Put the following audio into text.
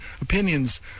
opinions